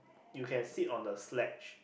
you can sit on the sledge